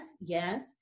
Yes